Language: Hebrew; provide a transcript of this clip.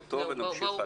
אותו ונמשיך הלאה.